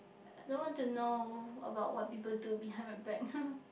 don't want to know about what people do behind my back